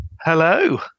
Hello